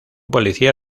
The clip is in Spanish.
policía